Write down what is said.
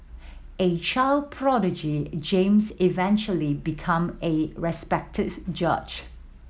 a child prodigy James eventually become a respected judge